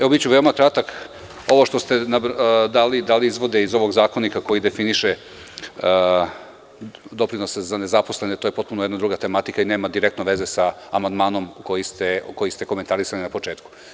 Evo biću veoma kratak, ovo što ste dali izvode iz ovog zakonika koji definiše doprinose za nezaposlene, to je potpuno jedna druga tematika i nema direktno veze sa amandmanom koji se komentarisali na početku.